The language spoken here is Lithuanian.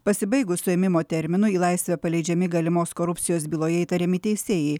pasibaigus suėmimo terminui į laisvę paleidžiami galimos korupcijos byloje įtariami teisėjai